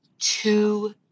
two